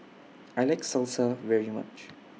I like Salsa very much